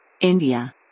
India